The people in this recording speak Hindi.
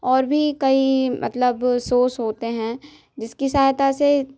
और भी कई मतलब शोस होते हैं जिसकी सहायता से